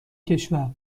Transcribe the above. کشور